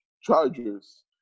Chargers